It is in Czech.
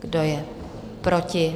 Kdo je proti?